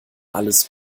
alles